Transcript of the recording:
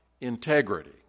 integrity